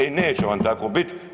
E, neće vam tako biti.